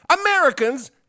Americans